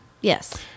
Yes